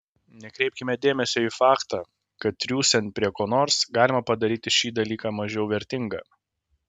nekreipkime dėmesio į faktą kad triūsiant prie ko nors galima padaryti šį dalyką mažiau vertingą